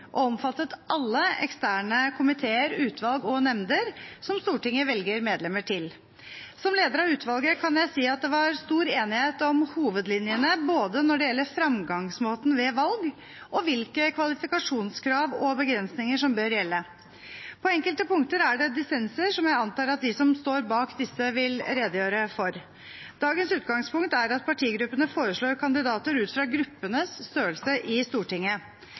og omfattet alle eksterne komiteer, utvalg og nemnder som Stortinget velger medlemmer til. Som leder av utvalget kan jeg si at det var stor enighet om hovedlinjene når det gjelder både framgangsmåten ved valg og hvilke kvalifikasjonskrav og begrensninger som bør gjelde. På enkelte punkter er det dissenser, som jeg antar at de som står bak disse, vil redegjøre for. Dagens utgangspunkt er at partigruppene foreslår kandidater ut fra gruppenes størrelse i Stortinget.